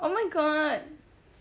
oh my god